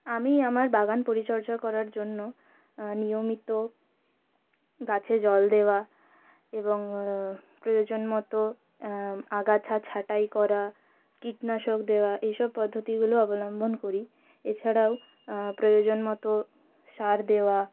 আমি আমার বাগান পরিচর্যা করার জন্য নিয়মিত গাছে জল দেওয়া এবং প্রয়োজন মতো আগাছা ছাটাই করা কীটনাশক দেওয়া এসব পদ্ধতিগুলো অবলম্বন করি এছাড়াও প্রয়োজন মতো সার দেওয়া